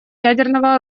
ядерного